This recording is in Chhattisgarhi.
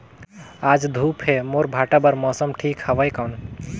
आज धूप हे मोर भांटा बार मौसम ठीक हवय कौन?